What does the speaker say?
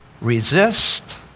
Resist